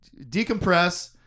decompress